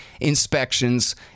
inspections